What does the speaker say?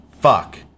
Fuck